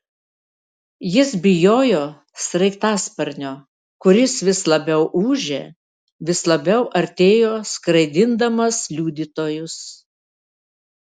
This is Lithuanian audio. jis bijojo sraigtasparnio kuris vis labiau ūžė vis labiau artėjo skraidindamas liudytojus